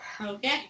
Okay